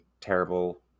terrible